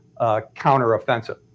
counteroffensive